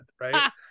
Right